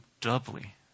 doubly